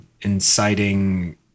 inciting